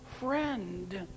friend